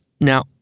Now